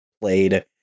played